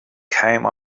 came